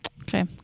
Okay